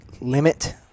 limit